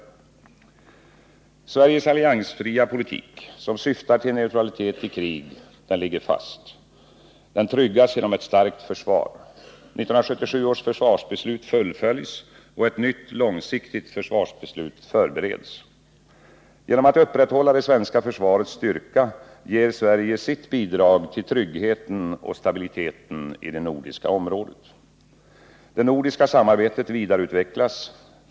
Sveriges alliansfria politik, som syftar till neutralitet i krig, ligger fast. Den tryggas genom ett starkt försvar. 1977 års försvarsbeslut fullföljs, och ett nyt" långsiktigt försvarsbeslut förbereds. Genom att upprätthålla det svenska försvarets styrka ger Sverige sitt bidrag till tryggheten och stabiliteten i det nordiska området. Det nordiska samarbetet vidareutvecklas.